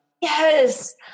Yes